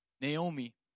Naomi